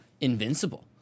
invincible